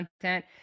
content